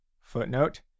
footnote